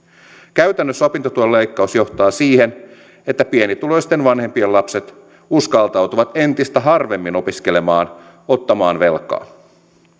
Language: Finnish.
käytännössä opintotuen leikkaus johtaa siihen että pienituloisten vanhempien lapset uskaltautuvat entistä harvemmin opiskelemaan ottamaan velkaa